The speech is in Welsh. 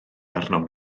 arnom